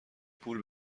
پول